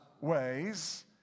ways